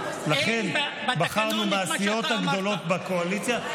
לכן בחרנו בסיעות הגדולות בקואליציה.